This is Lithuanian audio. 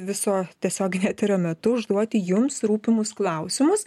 viso tiesioginio eterio metu užduoti jums rūpimus klausimus